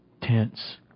tense